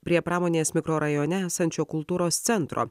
prie pramonės mikrorajone esančio kultūros centro